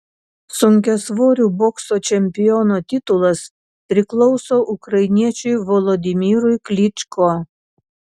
sunkiasvorių bokso čempiono titulas priklauso ukrainiečiui volodymyrui klyčko